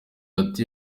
ati